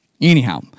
Anyhow